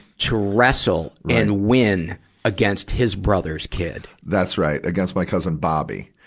to wrestle and win against his brother's kid. that's right, against my cousin, bobby.